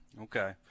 Okay